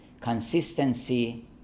consistency